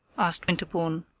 asked winterbourne.